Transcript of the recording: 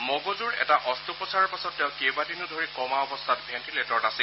মগজুৰ এটা অস্ত্ৰোপচাৰৰ পাছত তেওঁ কেইবাদিনো ধৰি কমা অৱস্থাত ভেণ্টিলেটৰত আছিল